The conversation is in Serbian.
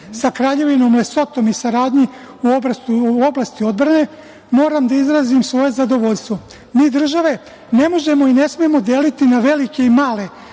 sa Kraljevinom Lesotom i saradnji u oblasti odbrane moram da izrazim svoje zadovoljstvo. Mi države ne možemo i ne smemo deliti na velike i male,